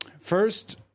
first